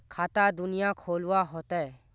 खाता कुनियाँ खोलवा होते?